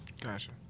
Gotcha